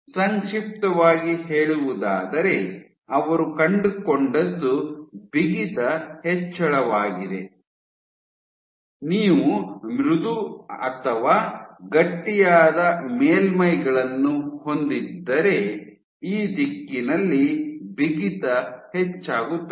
ಸಂಕ್ಷಿಪ್ತವಾಗಿ ಹೇಳುವುದಾದರೆ ಅವರು ಕಂಡುಕೊಂಡದ್ದು ಬಿಗಿತ ಹೆಚ್ಚಳವಾಗಿದೆ ನೀವು ಮೃದು ಮತ್ತು ಗಟ್ಟಿಯಾದ ಮೇಲ್ಮೈಗಳನ್ನು ಹೊಂದಿದ್ದರೆ ಈ ದಿಕ್ಕಿನಲ್ಲಿ ಬಿಗಿತ ಹೆಚ್ಚಾಗುತ್ತದೆ